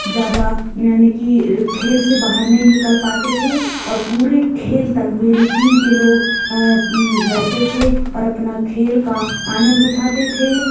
ज़्यादा यानि कि खेल से बाहर नहीं निकल पाते थे और पूरे खेल तक मेरे टीम के लोग रहते थे और अपना खेल का आनंद उठाते थे